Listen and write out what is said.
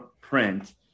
print